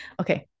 Okay